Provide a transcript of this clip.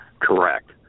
Correct